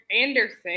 anderson